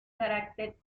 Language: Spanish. carácter